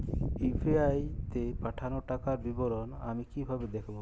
UPI তে পাঠানো টাকার বিবরণ আমি কিভাবে দেখবো?